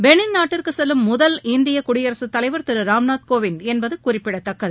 பெளின் நாட்டிற்கு செல்லும் முதல் இந்திய குடியரசுத்தலைவர் திருராம்நாத் கோவிந்த் என்பது குறிப்பிடத்தக்கது